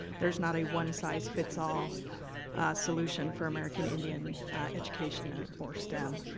there's not a one size fits all solution for american indian education or or stem.